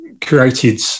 created